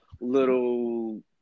little